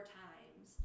times